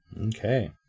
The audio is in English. Okay